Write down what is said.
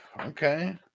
Okay